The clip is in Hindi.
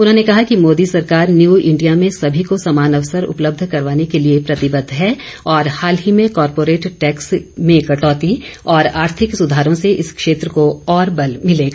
उन्होंने कहा कि मोदी सरकार न्यू इंडिया में सभी को समान अवसर उपलब्ध करवाने के लिए प्रतिबद्ध है और हाल ही में कारपोरेट टैक्स में कटौती और आर्थिक सुधारों से इस क्षेत्र को और बल मिलेगा